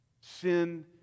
Sin